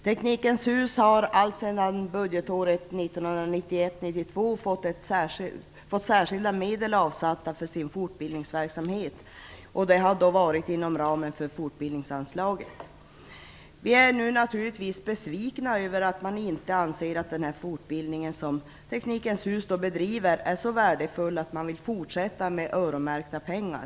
Teknikens hus har alltsedan budgetåret 1991/92 fått särskilda medel inom ramen för fortbildningsanslaget för sin fortbildningsverksamhet. Vi är nu naturligtvis besvikna över att man inte anser att den fortbildning som Teknikens hus bedriver är så värdefull att man vill fortsätta med öronmärkta pengar.